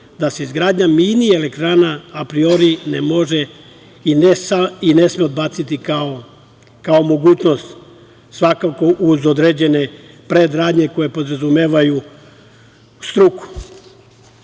da se izgradnja mini elektrana apriori ne može i ne sme odbaciti kao mogućnost, svakako uz određene predradnje koje podrazumevaju struku.